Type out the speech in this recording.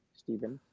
stephen.